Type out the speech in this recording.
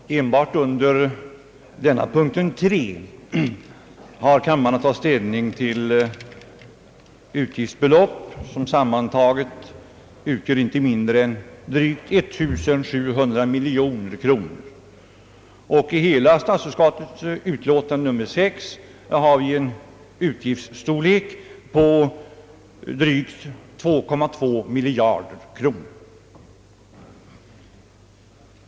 Herr talman! Enbart under punkten 3 i statsutskottets utlåtande nr 6 har kammaren att ta ställning till utgiftsbelopp som sammantaget utgör inte mindre än drygt 1700 miljoner kronor, och i hela utlåtandet har vi en utgiftsstorlek på drygt 2,2 miljarder kronor.